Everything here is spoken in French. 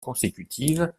consécutive